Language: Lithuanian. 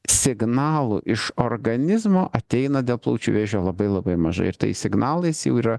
signalų iš organizmo ateina dėl plaučių vėžio labai labai mažai ir tais signalais jau yra